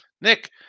Nick